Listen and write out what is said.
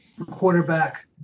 quarterback